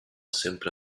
sempre